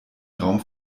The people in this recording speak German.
raum